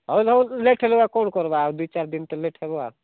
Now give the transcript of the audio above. ହେଉ ହେଉ ଲେଟ୍ ହେଲେ ଆଉ କମ କରିବା ଆଉ ଦି ଚାରିଦିନ ତ ଲେଟ୍ ହେବାର